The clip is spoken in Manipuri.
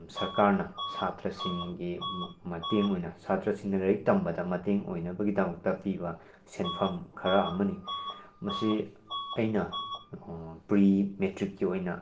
ꯁ꯭ꯔꯀꯥꯔꯅ ꯁꯥꯇ꯭ꯔꯥꯁꯤꯡꯒꯤ ꯃꯇꯦꯡ ꯑꯣꯏꯅ ꯁꯥꯇ꯭ꯔꯥꯁꯤꯡꯅ ꯂꯥꯏꯔꯤꯛ ꯇꯝꯕꯗ ꯃꯇꯦꯡ ꯑꯣꯏꯅꯕꯒꯤꯗꯃꯛꯇ ꯄꯤꯕ ꯁꯦꯟꯐꯝ ꯈꯔ ꯑꯃꯅꯤ ꯃꯁꯤ ꯑꯩꯅ ꯄ꯭ꯔꯤ ꯃꯦꯇ꯭ꯔꯤꯛꯀꯤ ꯑꯣꯏꯅ